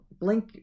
blink